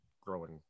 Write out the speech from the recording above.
growing